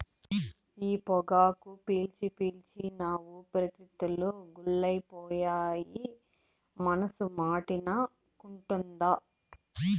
ఈ పొగాకు పీల్చి పీల్చి నా ఊపిరితిత్తులు గుల్లైపోయినా మనసు మాటినకుంటాంది